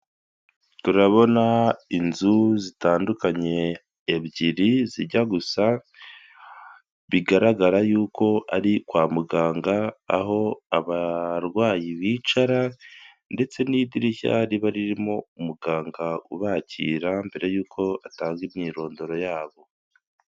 Turabona inzu zitandukanye ebyiri zijya gusa, bigaragara y'uko ari kwa muganga aho abarwayi bicara ndetse n'idirishya riba ririmo umuganga ubakira, mbere y'uko atanga imyirondoro yabo.